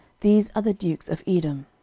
these are the dukes of edom.